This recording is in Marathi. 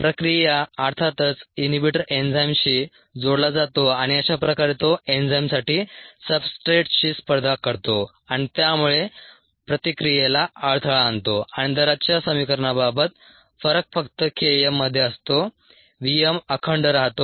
प्रक्रिया अर्थातच इनहिबिटर एन्झाइमशी जोडला जातो आणि अशा प्रकारे तो एन्झाइमसाठी सब्सट्रेटशी स्पर्धा करतो आणि त्यामुळे प्रतिक्रियेला अडथळा आणतो आणि दराच्या समिकरणाबाबत फरक फक्त K m मध्ये असतो v m अखंड राहतो